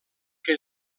que